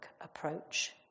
approach